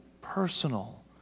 personal